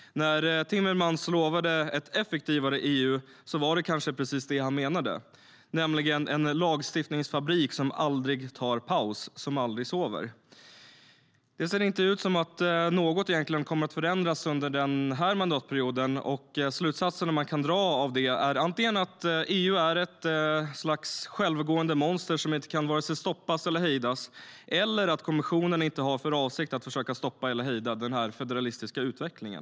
När Timmermans lovade ett effektivare EU var det kanske precis det här han menade, alltså en lagstiftningsfabrik som aldrig tar paus och aldrig sover. Det ser inte ut som om något egentligen kommer förändras under den här mandatperioden, och slutsatserna man kan dra av det är antingen att EU är ett självgående monster som inte kan vare sig stoppas eller hejdas eller att kommissionen inte har för avsikt att försöka stoppa eller hejda den här federalistiska utvecklingen.